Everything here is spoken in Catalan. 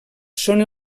són